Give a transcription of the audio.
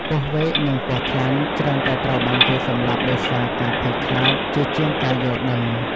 ពស់វែក និងពស់ថ្លាន់ ច្រើនតែត្រូវបានគេសម្លាប់ដោយសារការភ័យខ្លាចជាជាងការយល់ដឹង។